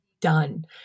done